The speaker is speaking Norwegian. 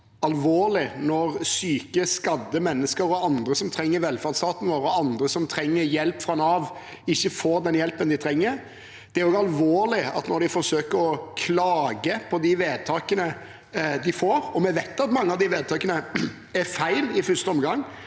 alvorlig når syke, skadde mennesker og andre som trenger velferdsstaten vår, og andre som trenger hjelp fra Nav, ikke får den hjelpen de trenger. Det er også alvorlig at når de forsøker å klage på de vedtakene de får – og vi vet at mange av de vedtakene er feil i første omgang,